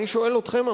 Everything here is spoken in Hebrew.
אני שואל אתכם,